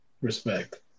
respect